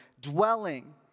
dwelling